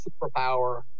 superpower